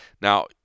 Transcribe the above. Now